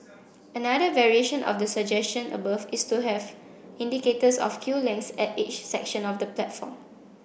another variation of the suggestion above is to have indicators of queue lengths at each section of the platform